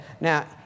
now